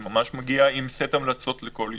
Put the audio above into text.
זה ממש מגיע עם סט המלצות לכל יישוב.